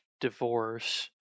divorce